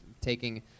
taking